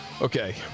Okay